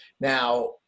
now